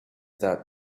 that